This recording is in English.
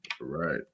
Right